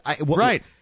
Right